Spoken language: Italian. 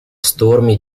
stormi